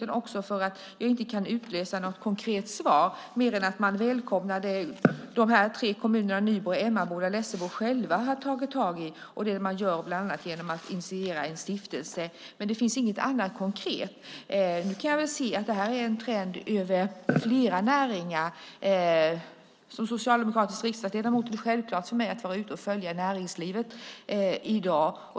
Jag är också bekymrad över att jag inte kan utläsa något konkret svar mer än att man välkomnar att de här tre kommunerna, Nybro, Emmaboda och Lessebo, själva har tagit tag i detta. Detta gör man bland annat genom att initiera en stiftelse. Det finns inget annat konkret i svaret. Jag kan se att det är en trend över flera näringar. Som socialdemokratisk riksdagsledamot är det självklart för mig att vara ute och följa näringslivet i dag.